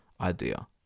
idea